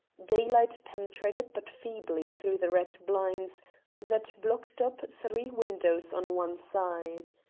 daylight penetrated but feebly through the red blinds that blocked up three windows on one side.